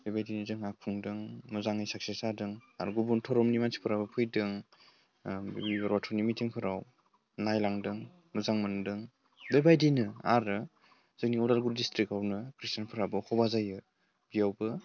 बेबायदिनो जोंहा खुंदों मोजाङै साकसेस जादों आरो गुबुन धोरोमनि मानसिफोराबो फैदों बिबार बाथौनि मिटिंफोराव नायलांदों मोजां मोन्दों बेबायदिनो आरो जोंनि उदालगुरि डिस्ट्रिकआवनो ख्रिस्टानफोराबो जमा जायो बेयावबो